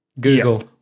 Google